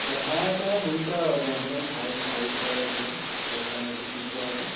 বেমাৰ আজাৰ হৈছে আৰু যেন তেন ভাল পাইছোঁ আৰু এতিয়া ভাল পাই উঠিছোঁ আৰু